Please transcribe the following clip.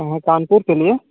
कहाँ कानपुर के लिए